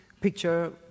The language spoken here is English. picture